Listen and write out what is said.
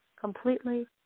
completely